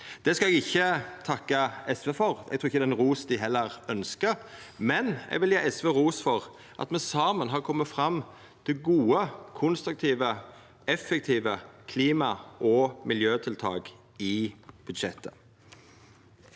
Det skal eg ikkje takka SV for. Eg trur heller ikkje det er ein ros dei ønskjer. Men eg vil gje SV ros for at me saman har kome fram til gode, konstruktive, effektive klima- og miljøtiltak i budsjettet.